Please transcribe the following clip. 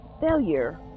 failure